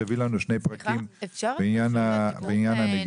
שהביא לנו שני פרקים בעניין הנגישות.